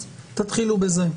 תתחילו בזה.